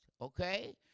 okay